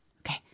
okay